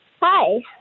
Hi